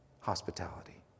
hospitality